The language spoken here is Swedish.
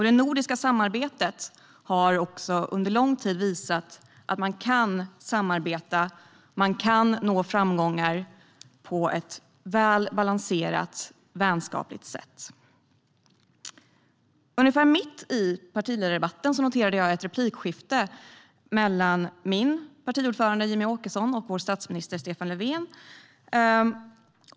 Det nordiska samarbetet har under lång tid visat att man kan samarbeta och nå framgångar på ett väl balanserat och vänskapligt sätt. Ungefär mitt i partiledardebatten noterade jag ett replikskifte mellan min partiordförande Jimmie Åkesson och vår statsminister Stefan Löfven.